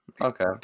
okay